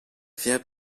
fährt